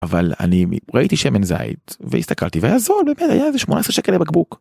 אבל אני ראיתי שמן זית והסתכלתי והיה זול, באמת, היה איזה 18 שקל לבקבוק.